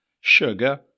sugar